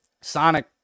Sonic